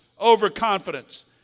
overconfidence